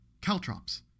Caltrops